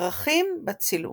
פרחים בצילום